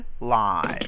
live